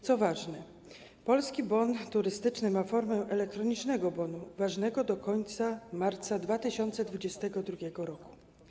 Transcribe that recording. Co ważne, Polski Bon Turystyczny ma formę elektronicznego bonu, ważnego do końca marca 2022 r.